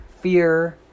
Fear